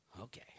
okay